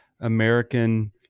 American